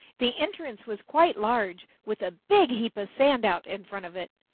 the entrance was quite large with a big heap of sand out in front of it.